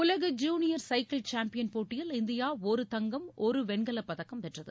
உலக junior cycle champion போட்டியில் India ஒரு தங்கம் ஒரு வெண்கலப் பதக்கம் வென்றது